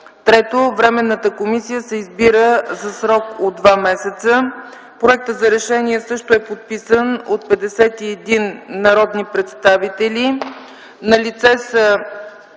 3. Временната комисия се избира за срок от два месеца.” Проектът за решение също е подписан от 51 народни представители.